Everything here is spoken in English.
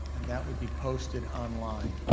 and that would be posted online.